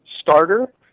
starter